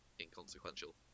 inconsequential